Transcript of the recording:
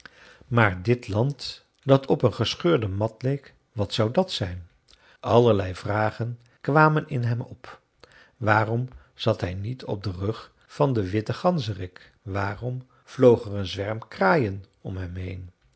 maar dit land dat op een gescheurde mat leek wat zou dat zijn allerlei vragen kwamen in hem op waarom zat hij niet op den rug van den witten ganzerik waarom vloog er een zwerm kraaien om hem heen